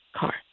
car